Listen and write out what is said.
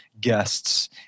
guests